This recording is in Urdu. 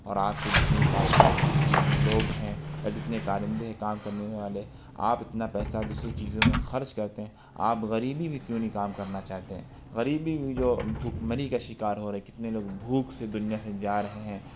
اور آپ کی جتنی پارٹیاں ہیں جتنے لوگ ہیں اور جتنے کارندے ہیں کام کرنے والے آپ اتنا پیسا دوسری چیزوں میں خرچ کرتے ہیں آپ غریبی پہ کیوں نہیں کام کرنا چاہتے ہیں غریبی میں جو بھوک مری کا شکار ہو رہے کتنے لوگ بھوک سے دنیا سے جا رہے ہیں